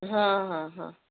ହଁ ହଁ ହଁ